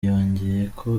yongeyeko